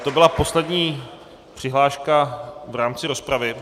To byla poslední přihláška v rámci rozpravy.